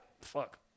fuck